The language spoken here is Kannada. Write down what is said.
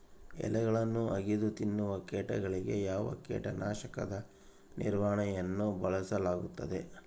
ಎಲೆಗಳನ್ನು ಅಗಿದು ತಿನ್ನುವ ಕೇಟಗಳಿಗೆ ಯಾವ ಕೇಟನಾಶಕದ ನಿರ್ವಹಣೆಯನ್ನು ಬಳಸಲಾಗುತ್ತದೆ?